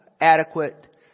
adequate